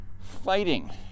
Fighting